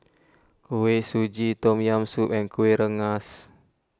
Kuih Suji Tom Yam Soup and Kuih Rengas